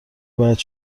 باید